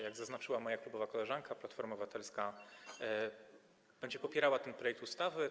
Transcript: Jak zaznaczyła moja klubowa koleżanka, Platforma Obywatelska będzie popierała ten projekt ustawy.